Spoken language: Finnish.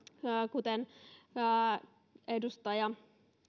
kuten edustaja